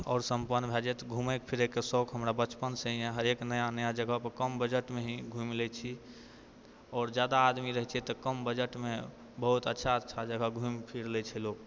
आओर सम्पन्न भए जाइत घुमै फिरैके शौक हमरा बचपनसँ ही है हरेक नया नया जगहपर कम बजटमे हि घुमि लै छी आओर जादा आदमी रहै छियै तऽ कम बजटमे बहुत अच्छा अच्छा जगह घुमि फिर लै छै लोक